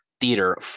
theater